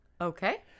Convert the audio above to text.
Okay